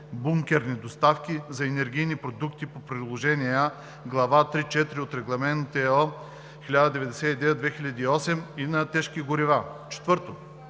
бункерни доставки на енергийни продукти по приложение А, глава 3.4 от Регламент (ЕО) № 1099/2008 и на тежки горива; 4.